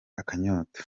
akanyota